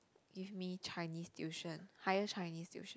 give me Chinese tuition higher Chinese tuition